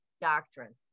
doctrine